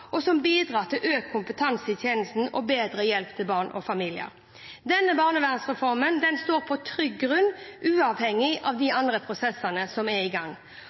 og som bidrar til økt kompetanse i tjenesten og bedre hjelp til barn og familier. Denne barnevernsreformen står på trygg grunn, uavhengig av de andre prosessene som er i gang.